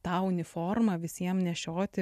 tą uniformą visiem nešioti